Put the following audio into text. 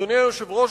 אדוני היושב-ראש,